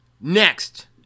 Next